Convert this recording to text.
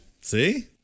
See